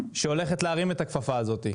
שהולכת להרים את הכפפה הזאת,